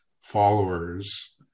followers